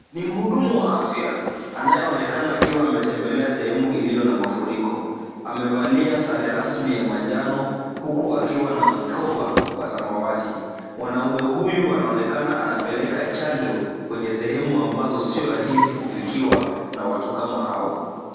Ni mhudumu wa afya anayeonekana akiwa ametembelea sehemu iliyo na mafuriko. Amevalia sare rasmi ya manjano huku akiwa na mkoba wa samawati. Mwanaume huyu anaonekana anapeleka chanjo kwenye sehemu ambazo sio rahisi kufikiwa na watu kama hao.